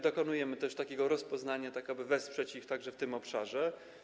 Dokonujemy też rozpoznania, tak aby wesprzeć ich także w tym obszarze.